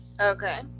Okay